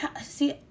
See